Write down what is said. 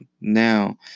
Now